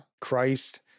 Christ